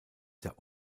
der